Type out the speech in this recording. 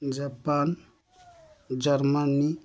Japan Germany